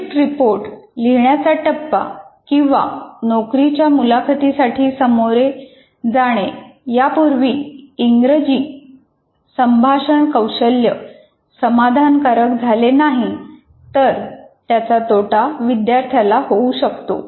project report लिहिण्याचा टप्पा किंवा नोकरीच्या मुलाखतीसाठी सामोरे जाणे यापूर्वी इंग्रजी संभाषण कौशल्य समाधानकारक झाले नाही तर त्याचा तोटा विद्यार्थ्याला होऊ शकतो